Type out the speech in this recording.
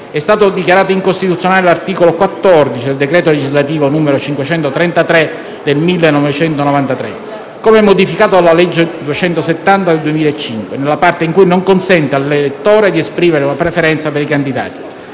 è stato dichiarato incostituzionale l'articolo 14 del decreto legislativo n. 533 del 20 dicembre 1993, come modificato dalla legge n. 270 del 2005, nella parte in cui non consente all'elettore di esprimere la preferenza per i candidati.